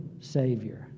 Savior